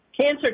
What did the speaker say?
Cancer